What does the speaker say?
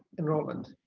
enrollment.